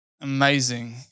amazing